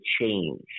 change